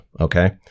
okay